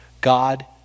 God